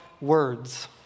words